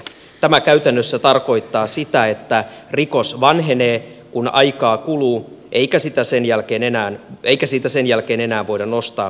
tämä käytännössä tarkoittaa sitä että rikos vanhenee kun aikaa kuluu eikä sitä sen jälkeen enää eikä siitä sen jälkeen enää voida nostaa syytettä